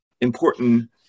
important